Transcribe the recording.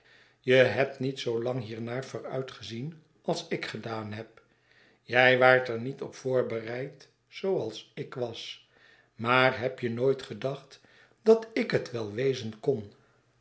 jij hebt niet zoo lang hiernaar vooruitgezien als ik gedaan heb jij waart er niet op voorbereid zooals ik was maar heb je nooit gedacht dat ik het wel wezen kon